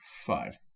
five